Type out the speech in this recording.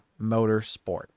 motorsport